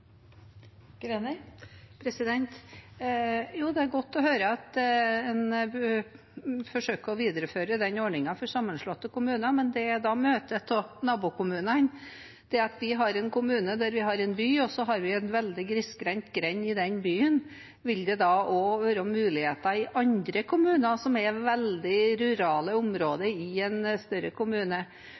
godt å høre at en forsøker å videreføre den ordningen for sammenslåtte kommuner, men hva med nabokommunene? Hva om vi har en kommune der vi har en by og en veldig grissgrendt grend? Vil det også være muligheter i andre kommuner der det er veldig rurale områder i en større kommune,